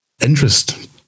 interest